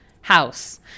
house